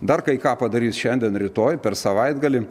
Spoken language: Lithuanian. dar kai ką padarys šiandien rytoj per savaitgalį